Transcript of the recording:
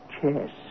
chess